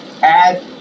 Add